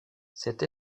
cet